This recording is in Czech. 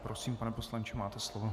Prosím, pane poslanče, máte slovo.